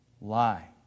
lie